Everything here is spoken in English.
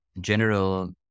general